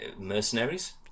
Mercenaries